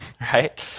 right